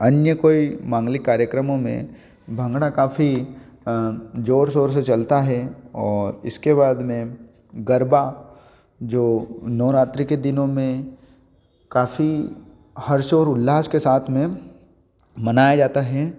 अन्य कोई मांगलिक कार्यक्रमों में भांगड़ा काफ़ी जोर सोर से चलता है और इसके बाद में गरबा जो नवरात्रि के दिनों में काफ़ी हर्षौल्लास के साथ में मनाया जाता है